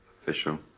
Official